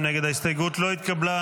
ההסתייגות לא התקבלה.